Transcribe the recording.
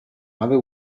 other